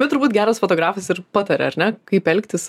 bet turbūt geras fotografas ir pataria ar ne kaip elgtis